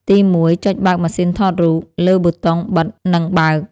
ទី1 ចុចបើកម៉ាស៊ីនថតរូប លើប៊ូតុងបិទនិងបើក។